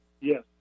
Yes